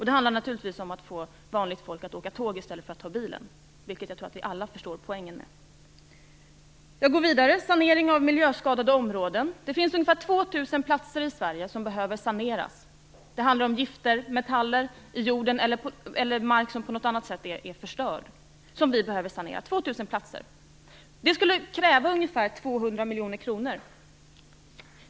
Det handlar naturligtvis om att få vanligt folk att åka tåg i stället för att ta bilen, vilket jag tror att vi alla förstår poängen med. Jag går vidare till frågan om sanering av miljöskadade områden. Det finns ungefär 2 000 platser i Sverige som behöver saneras. Det handlar om gifter och metaller i jorden eller om mark som på något annat sätt är förstörd. Det skulle kräva ungefär 200 miljoner kronor.